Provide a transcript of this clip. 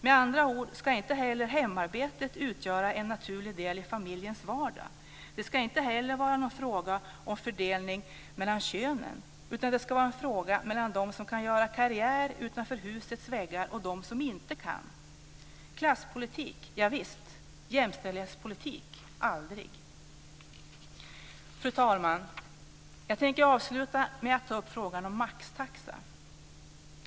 Med andra ord ska inte heller hemarbetet utgöra en naturlig del i familjens vardag. Det ska inte heller vara någon fråga om fördelning mellan könen, utan det ska vara en fråga mellan dem som kan göra karriär utanför husets väggar och de som inte kan göra det. Är det klasspolitik? Javisst! Är det jämställdhetspolitik? Aldrig! Fru talman! Jag tänker avsluta med att ta upp frågan om maxtaxa.